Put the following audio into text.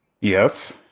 Yes